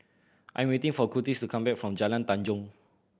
I am waiting for Kurtis to come back from Jalan Tanjong